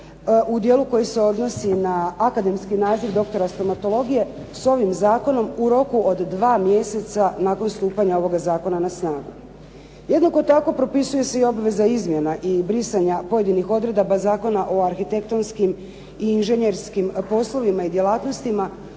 u dijelu koji se odnosi na akademski naziv doktora stomatologije s ovim zakonom u roku od dva mjeseca nakon stupanja ovoga zakona na snagu. Jednako tako propisuju se i obveze izmjena i brisanja pojedinih odredaba Zakona o arhitektonskim i inženjerskim poslovima i djelatnostima